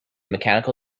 mechanical